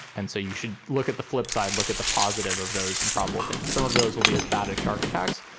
and so you should look at the flip side, look at the positive of those improbable things. some of those will be as bad as shark attacks,